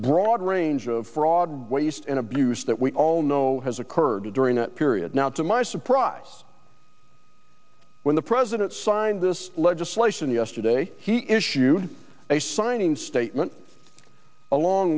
broad range of fraud waste and abuse that we all know has occurred during that period now to my surprise when the president signed this legislation yesterday he issued a signing statement along